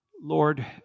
Lord